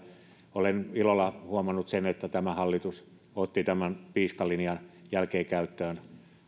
olen ilolla huomannut sen että tämä hallitus otti tämän piiskalinjan jälkeen käyttöön